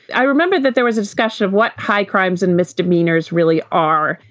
i remember that there was a discussion of what high crimes and misdemeanors really are.